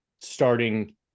starting